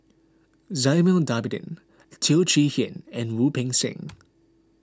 Zainal Abidin Teo Chee Hean and Wu Peng Seng